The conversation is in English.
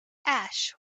ash